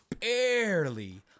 barely